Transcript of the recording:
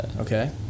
okay